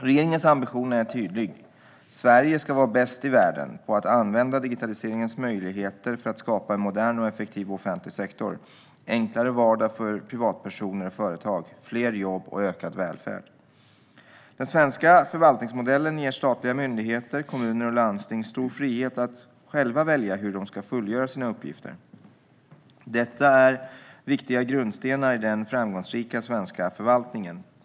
Regeringens ambition är tydlig: Sverige ska vara bäst i världen på att använda digitaliseringens möjligheter för att skapa en modern och effektiv offentlig sektor, en enklare vardag för privatpersoner och företag, fler jobb och ökad välfärd. Den svenska förvaltningsmodellen ger statliga myndigheter, kommuner och landsting stor frihet att själva välja hur de ska fullgöra sina uppgifter. Det är viktiga grundstenar i den framgångsrika svenska förvaltningen.